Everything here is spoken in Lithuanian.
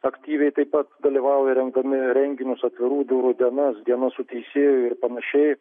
aktyviai taip pat dalyvauja rengdami renginius atvirų durų dienas dienas su teisėju ir panašiai